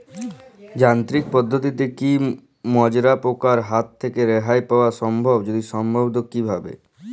যান্ত্রিক পদ্ধতিতে কী মাজরা পোকার হাত থেকে রেহাই পাওয়া সম্ভব যদি সম্ভব তো কী ভাবে?